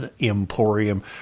emporium